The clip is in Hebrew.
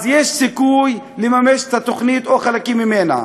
יש סיכוי לממש את התוכנית או חלקים ממנה.